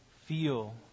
feel